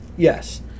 Yes